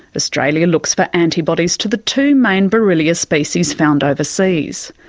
australia looks for antibodies to the two main borrelia species found overseas.